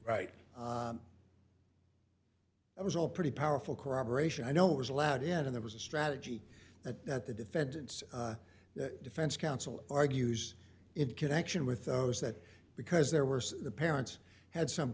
right it was all pretty powerful corroboration i know it was allowed in there was a strategy that that the defendants the defense counsel argues in connection with those that because there were the parents had some